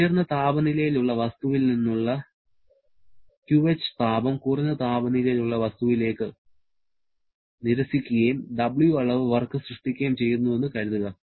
ഉയർന്ന താപനിലയിലുള്ള വസ്തുവിൽ നിന്നുള്ള QH താപം കുറഞ്ഞ താപനിലയിലുള്ള വസ്തുവിലേക്ക് QL നെ നിരസിക്കുകയും W അളവ് വർക്ക് സൃഷ്ടിക്കുകയും ചെയ്യുന്നുവെന്ന് കരുതുക